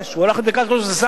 הוא הלך לבדיקת אולטרה-סאונד,